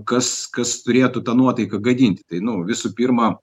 kas kas turėtų tą nuotaiką gadinti tai nu visų pirma